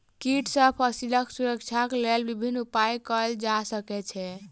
कीट सॅ फसीलक सुरक्षाक लेल विभिन्न उपाय कयल जा सकै छै